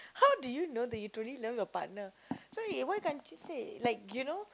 how do you know that you truly love your partner so uh why can't you say like you know